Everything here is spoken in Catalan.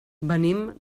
venim